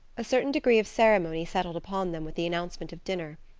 a certain degree of ceremony settled upon them with the announcement of dinner.